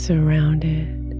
Surrounded